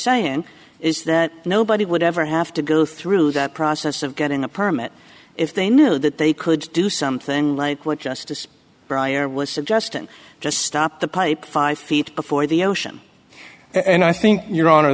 saying is that nobody would ever have to go through that process of getting a permit if they knew that they could do something like what justice breyer was suggesting just stop the pipe five feet before the ocean and i think your honor